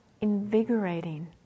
invigorating